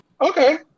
Okay